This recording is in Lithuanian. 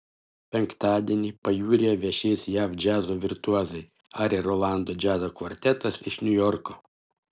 penktadienį pajūryje viešės jav džiazo virtuozai ari rolando džiazo kvartetas iš niujorko